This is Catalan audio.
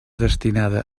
destinada